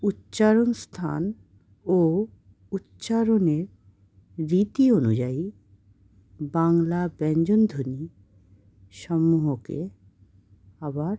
উচ্চারণস্থান ও উচ্চারণের রীতি অনুযায়ী বাংলা ব্যঞ্জন ধ্বনি সমূহকে আবার